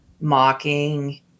mocking